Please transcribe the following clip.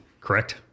correct